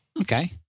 Okay